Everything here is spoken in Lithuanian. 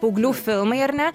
paauglių filmai ar ne